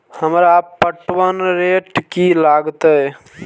हमरा पटवन रेट की लागते?